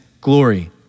glory